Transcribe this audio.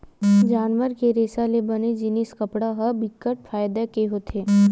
जानवर के रेसा ले बने जिनिस कपड़ा ह बिकट फायदा के होथे